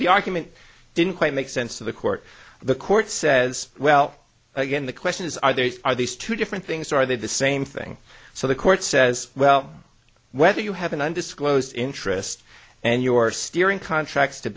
the argument didn't quite make sense to the court the court says well again the question is are they are these two different things or are they the same thing so the court says well whether you have an undisclosed interest and your steering contracts to